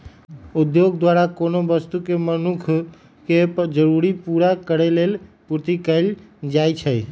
उद्योग द्वारा कोनो वस्तु के मनुख के जरूरी पूरा करेलेल पूर्ति कएल जाइछइ